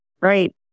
Right